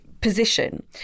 position